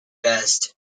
best